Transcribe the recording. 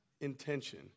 intention